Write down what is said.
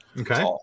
Okay